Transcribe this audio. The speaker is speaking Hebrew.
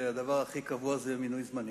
והדבר הכי קבוע זה מינוי זמני.